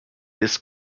this